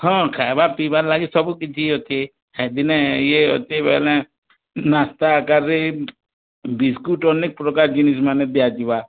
ହଁ ଖାଇବା ପିଇବାର ଲାଗି ସବୁ କିଛି ଅଛି ଦିନେ ଇଏ ଅଛି ବେଲେ ନାସ୍ତା ଆକାରରେ ବିସ୍କୁଟ୍ ଅନେକ ପ୍ରକାର ଜିନିଷ୍ ମାନେ ଦିଆଯିବା